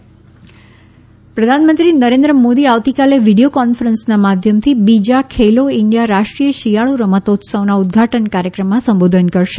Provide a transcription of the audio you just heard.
winter game પ્રધાનમંત્રી નરેન્દ્ર મોદી આવતીકાલે video કોન્ફરન્સના માધ્યમથી બીજા ખેલો ઈન્ડિયા રાષ્ટ્રીય શિયાળુ રમતોત્સવના ઉદઘાટન કાર્યક્રમમાં સંબોધન કરશે